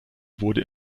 wurde